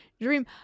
dream